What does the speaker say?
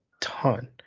ton